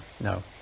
no